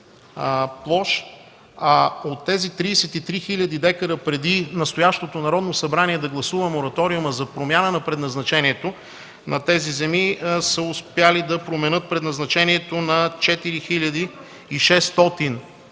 площ, а от тези 33 хил. дка, преди настоящото Народно събрание да гласува мораториума за промяна на предназначението на тези земи, са успели да променят предназначението на 4 хил. 600